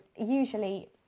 usually